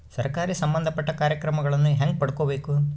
ಸರಕಾರಿ ಸಂಬಂಧಪಟ್ಟ ಕಾರ್ಯಕ್ರಮಗಳನ್ನು ಹೆಂಗ ಪಡ್ಕೊಬೇಕು?